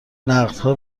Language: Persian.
نقدها